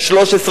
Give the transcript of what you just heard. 13,